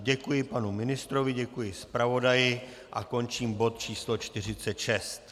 Děkuji panu ministrovi, děkuji zpravodaji a končím bod číslo 46.